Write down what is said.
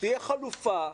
שתהיה חלופה,